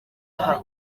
aha